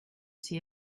see